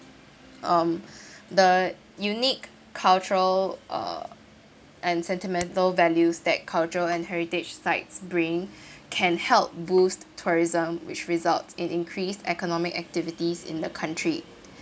um the unique cultural uh and sentimental values that cultural and heritage sites bring can help boost tourism which results in increase economic activities in the country